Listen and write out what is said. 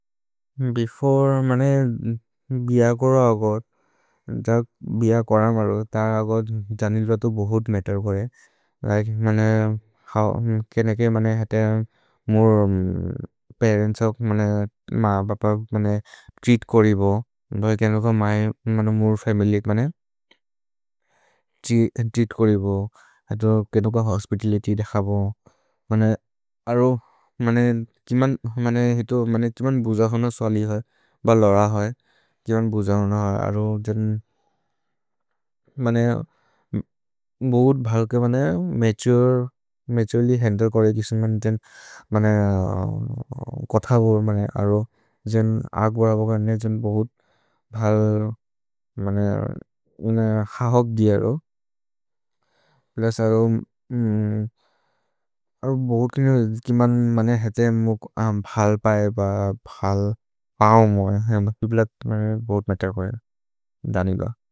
भेफोर् मने बिह कोर अगद्, ज बिह कोर मरो, त अगद् जनिल्र तो बहुत् मतेर् कोरे। लिके, मने केनके मने हत मोरे परेन्त्स् अक्, मने म बप मने त्रेअत् कोरि बो। दहि केनक मोरे फमिल्य् मने त्रेअत् कोरि बो। हत केनक होस्पितलित्य् देख बो। मने अरो किमन् भुज होनो स्वलि होइ, ब लर होइ, किमन् भुज होनो होइ। अरो जन्, मने बहुत् भल्के मने मतुरेल्य् हन्द्ले कोरे किसि, मने जन् कोथ बो, मने अरो जन् आग् बद बब जन् बहुत् भल्, मने जन खहक् दियरो। प्लुस्, अरो बोते, किमन् मने हत भल् पए ब भल् पओन् मोहे, किबिल बोते मतेर् कोरे दनिल्ग।